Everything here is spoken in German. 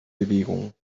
bewegung